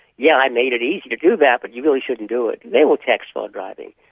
yeah, i made it easy to do that, but you really shouldn't do it they will text while driving.